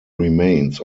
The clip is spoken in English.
remains